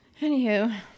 Anywho